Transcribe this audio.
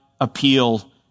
appeal